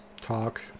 talk